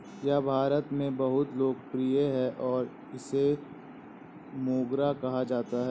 यह भारत में बहुत लोकप्रिय है और इसे मोगरा कहा जाता है